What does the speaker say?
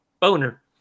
boner